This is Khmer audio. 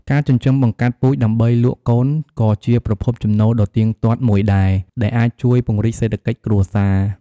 ការចិញ្ចឹមបង្កាត់ពូជដើម្បីលក់កូនក៏ជាប្រភពចំណូលដ៏ទៀងទាត់មួយដែរ ដែលអាចជួយពង្រីកសេដ្ឋកិច្ចគ្រួសារ។